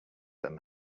them